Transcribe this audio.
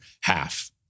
half